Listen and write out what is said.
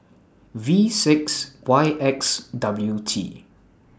V six Y X W T